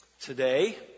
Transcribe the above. today